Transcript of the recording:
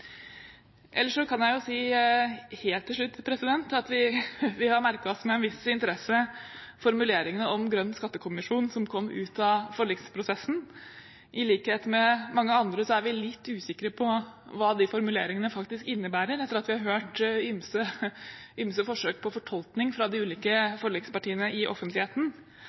Ellers kan jeg helt til slutt si at vi har merket oss med en viss interesse formuleringene om Grønn skattekommisjon som kom ut av forliksprosessen. I likhet med mange andre er vi litt usikre på hva de formuleringene faktisk innebærer, etter at vi har hørt ymse forsøk på fortolkning fra de ulike forlikspartiene i offentligheten,